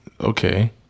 Okay